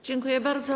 Dziękuję bardzo.